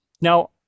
Now